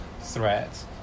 threat